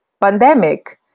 pandemic